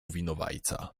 winowajca